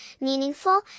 meaningful